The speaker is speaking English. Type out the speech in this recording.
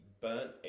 burnt